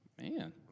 Man